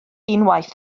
unwaith